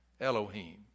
Elohim